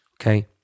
Okay